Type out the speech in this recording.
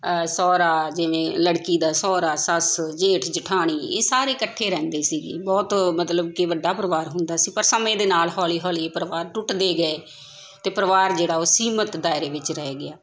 ਸਹੁਰਾ ਜਿਵੇਂ ਲੜਕੀ ਦਾ ਸਹੁਰਾ ਸੱਸ ਜੇਠ ਜਠਾਣੀ ਇਹ ਸਾਰੇ ਇਕੱਠੇ ਰਹਿੰਦੇ ਸੀਗੇ ਬਹੁਤ ਮਤਲਬ ਕਿ ਵੱਡਾ ਪਰਿਵਾਰ ਹੁੰਦਾ ਸੀ ਪਰ ਸਮੇਂ ਦੇ ਨਾਲ ਹੌਲੀ ਹੌਲੀ ਪਰਿਵਾਰ ਟੁੱਟਦੇ ਗਏ ਅਤੇ ਪਰਿਵਾਰ ਜਿਹੜਾ ਉਹ ਸੀਮਤ ਦਾਇਰੇ ਵਿੱਚ ਰਹਿ ਗਿਆ